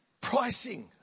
pricing